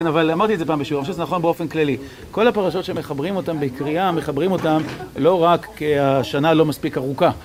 אבל אמרתי את זה פעם בשיעור, אני חושב שזה נכון באופן כללי. כל הפרשות שמחברים אותם בקריאה, מחברים אותם לא רק כי השנה לא מספיק ארוכה.